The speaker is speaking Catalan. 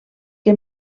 que